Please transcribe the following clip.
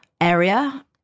area